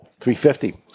$350